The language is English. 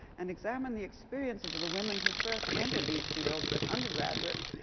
and examine the experiences of the women who first entered these fields as undergraduates,